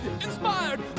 Inspired